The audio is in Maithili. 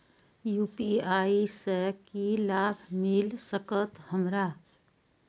यू.पी.आई से की लाभ मिल सकत हमरा?